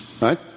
right